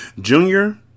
Junior